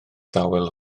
dawel